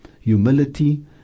humility